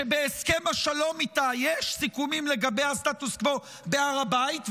שבהסכם השלום אתה יש סיכומים לגבי הסטטוס קוו בהר הבית,